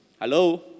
Hello